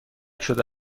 شده